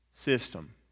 system